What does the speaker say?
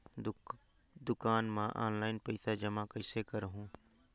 दुकान म ऑनलाइन पइसा जमा कइसे करहु?